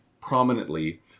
prominently